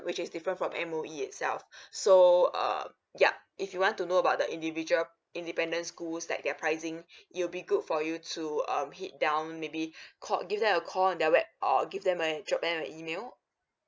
which is different from M_O_E itself so um yeah if you want to know about the individual independent schools like their pricing it will be good for you to um hit down maybe call give them a call in their web or give them and drop them an email